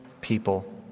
people